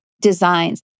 designs